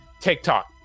TikTok